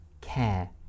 care